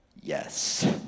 Yes